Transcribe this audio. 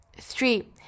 Three